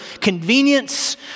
convenience